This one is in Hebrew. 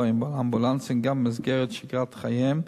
עם האמבולנסים גם במסגרת שגרת חייהם,